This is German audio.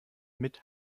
mit